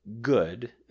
good